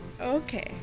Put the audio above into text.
Okay